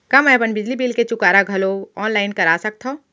का मैं अपन बिजली बिल के चुकारा घलो ऑनलाइन करा सकथव?